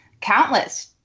countless